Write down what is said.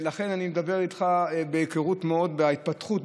לכן אני מדבר איתך מהיכרות עם ההתפתחות,